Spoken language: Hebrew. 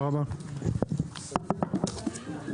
הישיבה ננעלה בשעה 11:58.